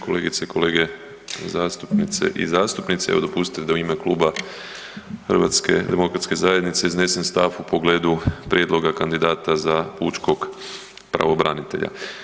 Kolegice i kolege zastupnice i zastupnici, evo dopustite da u ime Kluba HDZ-a iznesem stav u pogledu prijedloga kandidata za pučkog pravobranitelja.